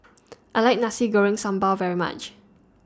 I like Nasi Goreng Sambal very much